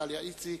דליה איציק,